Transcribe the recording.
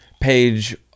Page